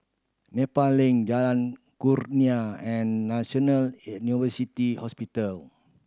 Nepal Link Jalan Kurnia and National Hospital